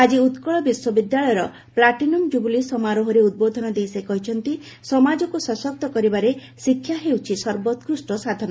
ଆଜି ଉତ୍କଳ ବିଶ୍ୱବିଦ୍ୟାଳୟର platinum jubilee ସମାରୋହରେ ଉଦ୍ବୋଧନ ଦେଇ ସେ କହିଛନ୍ତି ସମାଜକ୍ତ ସଶକ୍ତ କରିବାରେ ଶିକ୍ଷା ହେଉଛି ସର୍ବୋକୃଷ୍ଟ ସାଧନ